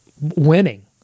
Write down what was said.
winning